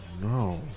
no